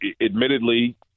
admittedly